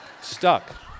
Stuck